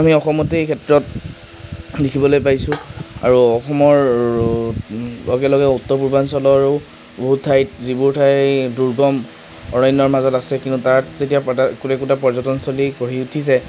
আমি অসমতেই এই ক্ষেত্ৰত দেখিবলৈ পাইছোঁ আৰু অসমৰ লগে লগে উত্তৰ পূৰ্বাঞ্চলৰো বহুত ঠাইত যিবোৰ ঠাইত দূৰ্গম অৰণ্যৰ মাজত আছে কিন্তু তাত যেতিয়া একো একোটা পৰ্যটন স্থলী গঢ়ি উঠিছে